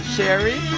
Sherry